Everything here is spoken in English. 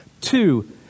Two